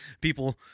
people